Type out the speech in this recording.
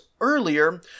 earlier